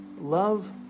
love